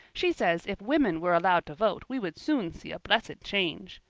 she says if women were allowed to vote we would soon see a blessed change.